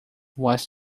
was